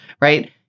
right